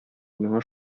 миңа